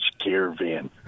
Caravan